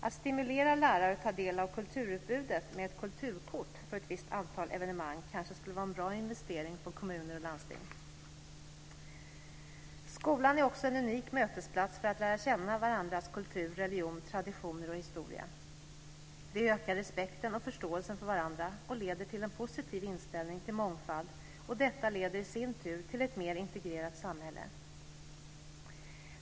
Att stimulera lärare att ta del av kulturutbudet med ett kulturkort för ett visst antal evenemang kanske skulle vara en bra investering för kommuner och landsting. Skolan är också en unik mötesplats för att lära känna varandras kultur, religion, traditioner och historia. Det ökar respekten och förståelsen för varandra och leder till en positiv inställning till mångfald. Detta leder i sin tur till ett mer integrerat samhälle.